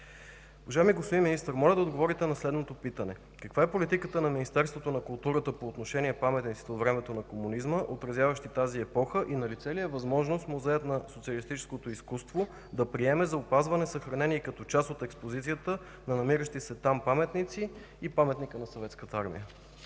Уважаеми господин Министър, моля да отговорите на следното питане: каква е политиката на Министерството на културата по отношение на паметниците от времето на комунизма, отразяващи тази епоха? И налице ли е възможност Музеят на социалистическото изкуство да приеме за опазване, съхранение и като част от експозицията на намиращи се там паметници и Паметника на Съветската армия?